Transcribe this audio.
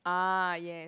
ah yeah